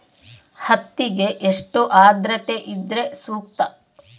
ಹತ್ತಿಗೆ ಎಷ್ಟು ಆದ್ರತೆ ಇದ್ರೆ ಸೂಕ್ತ?